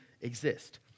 exist